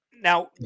Now